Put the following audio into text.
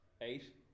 Eight